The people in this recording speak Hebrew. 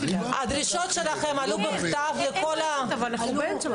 הדרישות שלכם עלו בכתב לכל הגורמים?